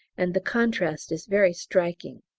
and the contrast is very striking.